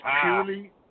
purely